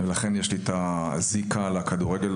יש לי זיקה לכדורגל,